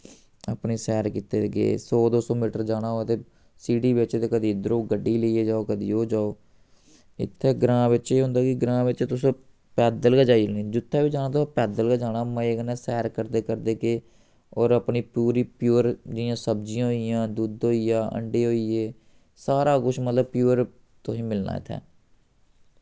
अपने सैर कीते दे गे सौ दो सौ मीटर जाना होऐ ते सिटी बिच्च ते कदी इद्धरो गड्डी लेइयै जाओ कदी ओह् जाओ इत्थै ग्रां बिच्च एह् होंदा कि ग्रां बिच्च तुस पैदल गै जाई औन्नें जुत्थै बी जाना तुस पैदल गै जाना मजे कन्नै सैर करदे करदे गे और अपनी पूरी प्योर जि'यां सब्जियां होई गेइयां दुद्ध होई गेआ अंडे होई गे सारा कुछ मतलब प्योर तुसें मिलना इत्थै